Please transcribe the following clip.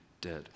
dead